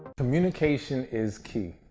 communication is key,